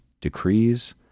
decrees